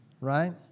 right